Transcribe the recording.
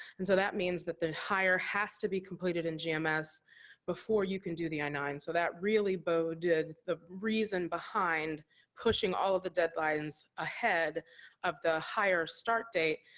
and so that means that the hire has to be completed in gms before you can do the i nine. so that really boded, the reason behind pushing all of the deadlines ahead of the hire start date,